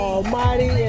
Almighty